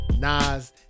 Nas